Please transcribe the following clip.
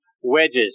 wedges